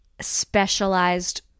specialized